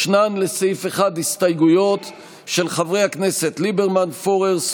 יש הסתייגויות לסעיף 1 של חברי הכנסת אביגדור ליברמן,